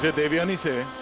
devyani so